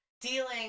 dealing